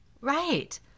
Right